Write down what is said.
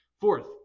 Fourth